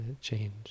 change